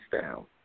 down